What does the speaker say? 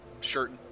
shirt